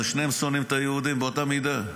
אבל שניהם שונאים את היהודים באותה מידה.